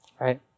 Right